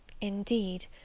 Indeed